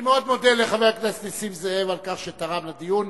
אני מאוד מודה לחבר הכנסת נסים זאב על כך שתרם לדיון.